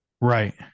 right